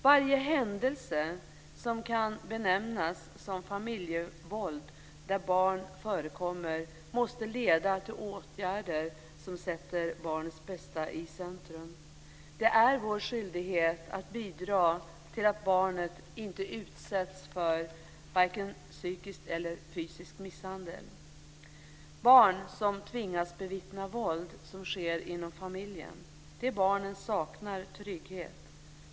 Varje händelse som kan benämnas som familjevåld där barn förekommer måste leda till åtgärder som sätter barnets bästa i centrum. Det är vår skyldighet att bidra till att barnet inte utsätts för vare sig psykisk eller fysisk misshandel. Barn som tvingas bevittna våld som sker inom familjen saknar trygghet.